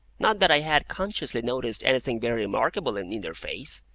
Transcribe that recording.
not that i had consciously noticed anything very remarkable in either face,